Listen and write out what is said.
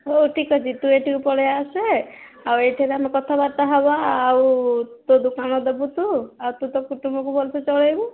ହଉ ଠିକ୍ ଅଛି ତୁ ଏଠିକୁ ପଳେଇ ଆସେ ଆଉ ଏଇଠାରେ ଆମେ କଥାବାର୍ତ୍ତା ହବା ଆଉ ତୁ ଦୋକାନ ଦେବୁ ତୁ ଆଉ ତୁ ତ କୁଟୁମ୍ବକୁ ଭଲସେ ଚଳେଇବୁ